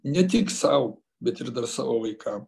ne tik sau bet ir dar savo vaikam